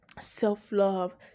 self-love